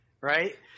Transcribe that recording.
Right